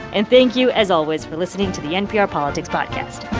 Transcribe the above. and thank you, as always, for listening to the npr politics podcast